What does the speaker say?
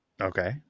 Okay